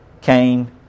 Cain